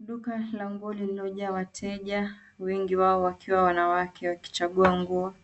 Duka la nguo lililojaa wateja wengi wao wakiwa wanawake wakichagua nguo